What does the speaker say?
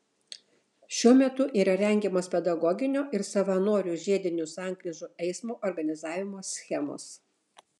šiuo metu yra rengiamos pedagoginio ir savanorių žiedinių sankryžų eismo organizavimo schemos